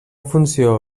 funció